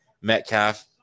Metcalf